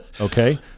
okay